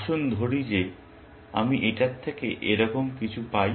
আসুন ধরি যে আমি এটার থেকে এরকম কিছু পাই